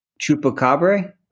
Chupacabra